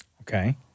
Okay